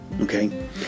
okay